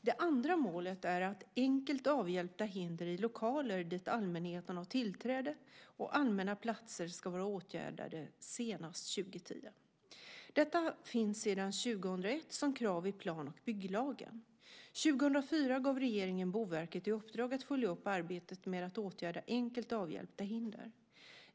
Det andra målet är att enkelt avhjälpta hinder i lokaler dit allmänheten har tillträde och allmänna platser ska vara åtgärdade senast 2010. Detta finns sedan 2001 som krav i plan och bygglagen. 2004 gav regeringen Boverket i uppdrag att följa upp arbetet med att åtgärda enkelt avhjälpta hinder.